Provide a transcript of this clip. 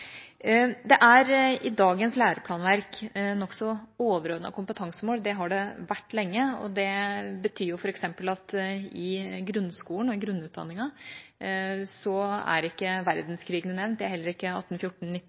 Det er i dagens læreplanverk nokså overordnede kompetansemål. Det har det vært lenge, og det betyr f.eks. at i grunnskolen og i grunnutdanningen er ikke verdenskrigene nevnt, det er heller ikke 1814,